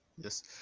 Yes